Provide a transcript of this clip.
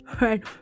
right